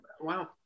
Wow